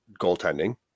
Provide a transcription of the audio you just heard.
goaltending